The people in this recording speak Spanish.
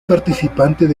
participantes